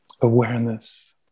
awareness